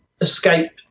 escape